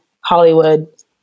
Hollywood